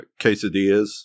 quesadillas